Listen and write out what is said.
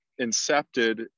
incepted